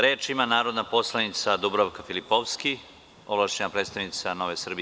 Reč ima narodna poslanica Dubravka Filipovski, ovlašćena predstavnica Nove Srbije.